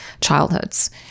childhoods